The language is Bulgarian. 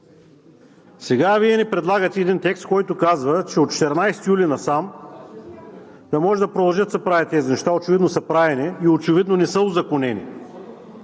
Сега Вие ни предлагате един текст, който казва, че от 14 юли насам да могат да продължат да се правят тези неща – очевидно са правени и очевидно не са узаконени.